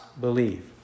believe